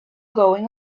going